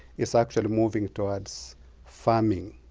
is actually moving towards farming,